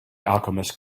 alchemist